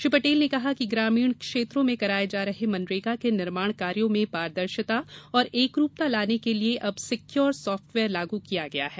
श्री पटेल ने कहा कि ग्रामीण क्षेत्रों में कराये जा रहे मनरेगा के निर्माण कार्यों में पारदर्शिता और एकरूपता लाने के लिए अब सिक्यूर साफ्टवेयर लागू किया गया है